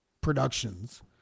productions